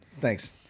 Thanks